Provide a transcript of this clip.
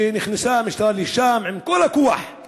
שנכנסה המשטרה לשם עם כל הכוח, עם כל העוצמה.